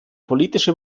politische